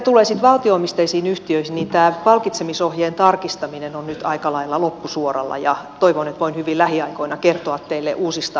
mitä tulee valtio omisteisiin yhtiöihin niin tämä palkitsemisohjeen tarkistaminen on nyt aika lailla loppusuoralla ja toivon että voin hyvin lähiaikoina kertoa teille uusista ajatuksista